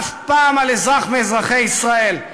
אף פעם על אזרח מאזרחי ישראל.